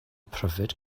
pryfed